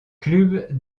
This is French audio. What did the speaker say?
clube